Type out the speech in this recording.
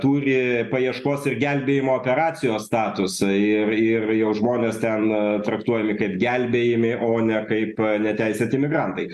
turi paieškos ir gelbėjimo operacijos statusą ir ir jau žmonės ten traktuojami kaip gelbėjami o ne kaip neteisėti imigrantai